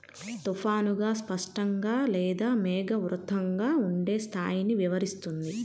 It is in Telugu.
తుఫానుగా, స్పష్టంగా లేదా మేఘావృతంగా ఉండే స్థాయిని వివరిస్తుంది